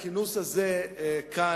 הכינוס הזה כאן,